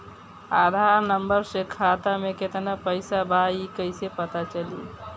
आधार number से खाता में केतना पईसा बा ई क्ईसे पता चलि?